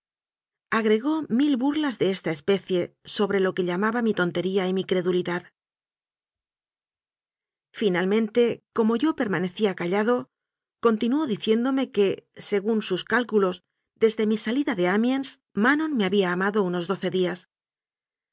agregó mil burlas de esta especie sobre lo que llamaba mi tonte ría y mi credulidad finalmente como yo permanecía callado conti nuó diciéndome que según sus cálculos desde mi salida de amiens manon me había amado unos doce días